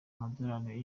amadolari